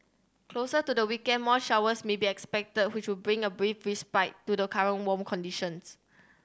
closer to the weekend more showers may be expected which would bring a brief respite to the current warm conditions